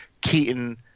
Keaton